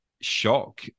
shock